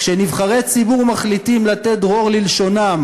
כשנבחרי ציבור מחליטים לתת דרור ללשונם